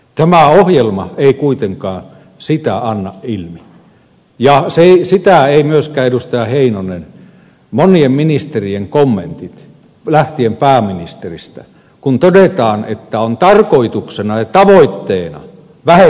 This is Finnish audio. tämä ohjelma ei kuitenkaan sitä anna ilmi eivätkä myöskään edustaja heinonen monien ministerien kommentit lähtien pääministeristä kun todetaan että on tarkoituksena ja tavoitteena vähentää kuntia